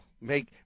make